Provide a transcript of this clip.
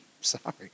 sorry